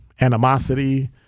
Animosity